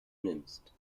nimmst